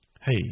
Hey